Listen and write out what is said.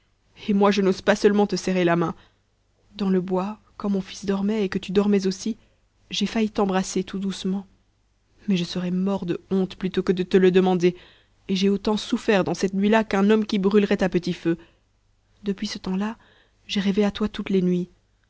et moi je n'ose pas seulement te serrer la main dans le bois quand mon fils dormait et que tu dormais aussi j'ai failli t'embrasser tout doucement mais je serais mort de honte plutôt que de te le demander et j'ai autant souffert dans cette nuit-là qu'un homme qui brûlerait à petit feu depuis ce temps-là j'ai rêvé à toi toutes les nuits